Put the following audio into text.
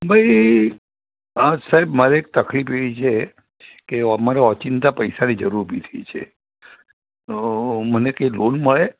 ભઇ આ સાહેબ મારે એક તકલીફ એવી છે અમારે ઓચિંતા પૈસાની જરૂર ઊભી થઈ છે તો મને કઈ લોન મળે